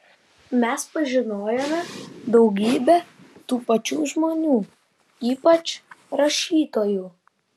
mes pažinojome daugybę tų pačių žmonių ypač rašytojų